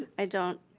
i don't.